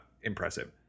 impressive